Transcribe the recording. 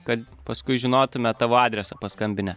kad paskui žinotume tavo adresą paskambinę